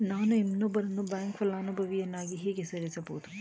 ನಾನು ಇನ್ನೊಬ್ಬರನ್ನು ಬ್ಯಾಂಕ್ ಫಲಾನುಭವಿಯನ್ನಾಗಿ ಹೇಗೆ ಸೇರಿಸಬಹುದು?